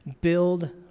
Build